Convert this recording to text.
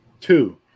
Two